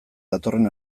datorren